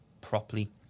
properly